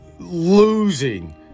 losing